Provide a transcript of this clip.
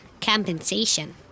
compensation